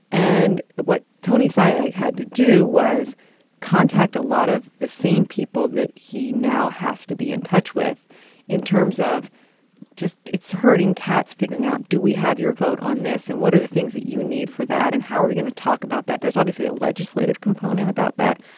and what tony cia had to do was contact a lot of the same people that he now has to be in touch with in terms of just it's herding cats, figuring out, do we have your vote on this and what are the things that you need for that? and how are you going to talk about that? there's obviously a legislative component about that.